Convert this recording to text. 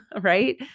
right